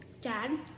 Dad